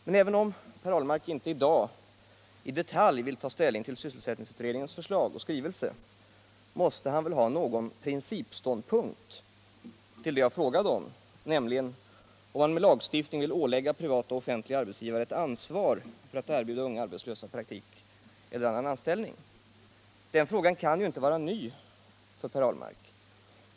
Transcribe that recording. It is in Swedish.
Men även om Per Ahlmark inte i dag i detalj vill ta ställning till sysselsättningsutredningens förslag, måste han ha någon principståndpunkt till det jag frågade om, nämligen om han genom lagstiftning vill ålägga privata och offentliga arbetsgivare ett ansvar att erbjuda unga arbetslösa praktik eller annan anställning. Den frågan kan ju inte vara ny för Per Ahlmark.